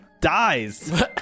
dies